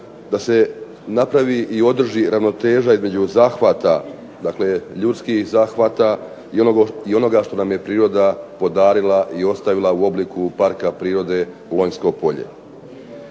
da se napravi i održi ravnoteža između zahvata ljudskih zahvata i onoga što nam je priroda podarila i ostavila u obliku Parka prirode Lonjsko polje.